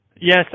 Yes